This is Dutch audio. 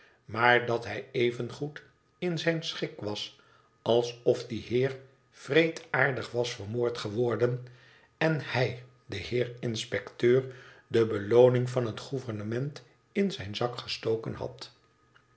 maar dat hij evengoed in zijnschik was alsof die heer wreedaardig was vermoord geworden en hij de heer inspecteur de belooning van het gouvernement in zijn zak gestoken had